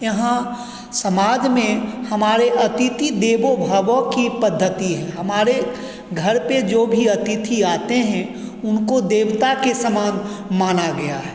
यहाँ समाज में हमारे अतिथि देवो भवो की पद्धति है हमारे घर पे जो भी अतिथि आते हैं उनको देवता के समान माना गया है